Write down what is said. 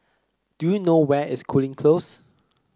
do you know where is Cooling Close